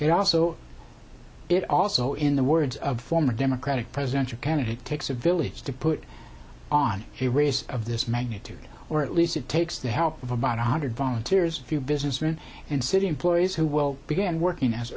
it also it also in the words of former democratic presidential candidate takes a village to put on a raise of this magnitude or at least it takes the help of about one hundred volunteers few business men and city employees who will begin working as